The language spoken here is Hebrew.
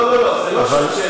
לא, לא, לא, זה לא שעת שאלות.